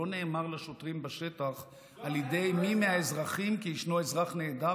שלא נאמר לשוטרים בשטח על ידי מי מהאזרחים כי ישנו אזרח נעדר,